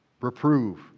Reprove